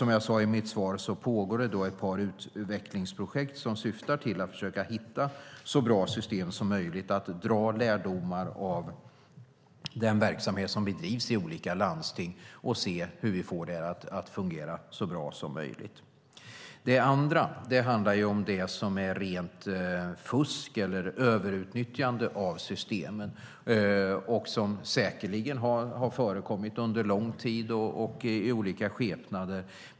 Som jag sade i mitt svar pågår det ett par utvecklingsprojekt som syftar till att försöka hitta så bra system som möjligt för att dra lärdomar av den verksamhet som bedrivs i olika landsting och se hur vi får det att fungera så bra som möjligt. Det andra handlar om det som är rent fusk eller överutnyttjande av systemen och som säkerligen har förekommit under lång tid och i olika skepnader.